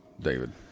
David